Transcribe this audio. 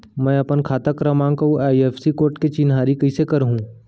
मैं अपन खाता क्रमाँक अऊ आई.एफ.एस.सी कोड के चिन्हारी कइसे करहूँ?